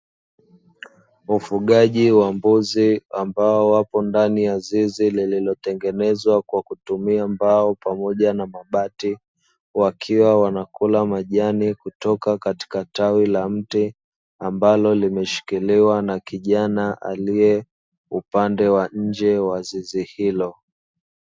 Ufugaji wa mbuzi ambao wapo ndani ya zizi lililotengenezwa kwa kutumia mbao pamoja na mabati. Wakiwa wanakula majani kutoka katika tawi la mti, ambalo limeshikiliwa na kijana aliye upande wa nje wa zizi hilo.